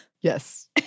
Yes